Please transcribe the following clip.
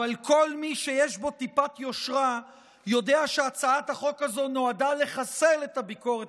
אבל כל מי שיש בו טיפת יושרה יודע שהצעת החוק הזו נועדה לחסל את הביקורת